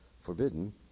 forbidden